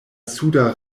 suda